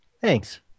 Thanks